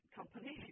company